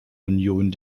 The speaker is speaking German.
union